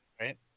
right